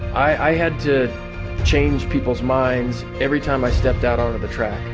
i had to change people's minds every time i stepped out onto the track